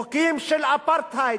חוקים של אפרטהייד.